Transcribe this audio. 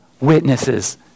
witnesses